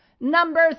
Number